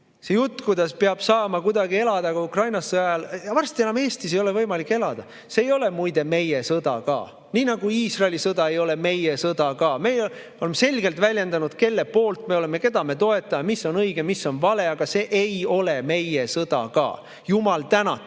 See jutt, kuidas peab ka sõja ajal kuidagi Ukrainas elada saama … Varsti ei ole võimalik enam Eestis elada. See ei ole muide meie sõda ka. Nii nagu Iisraeli sõda ei ole meie sõda ka. Meie oleme selgelt väljendanud, kelle poolt me oleme, keda me toetame, mis on õige, mis on vale, aga see ei ole meie sõda ka. Jumal tänatud,